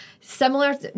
Similar